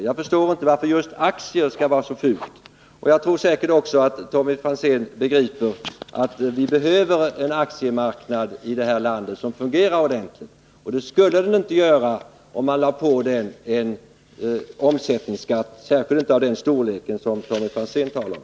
Men jag förstår fortfarande inte varför det skall anses så fult att spara i aktier. Men också Tommy Franzén begriper nog att vi i detta land behöver en aktiemarknad som fungerar ordentligt. Det skulle den inte göra om den belades med en omsättningsskatt, särskilt inte om den vore av den storlek som Tommy Franzén talar om.